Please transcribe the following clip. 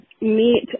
meet